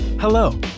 Hello